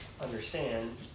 understand